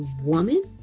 woman